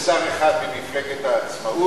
זה שר אחד ממפלגת העצמאות,